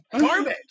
garbage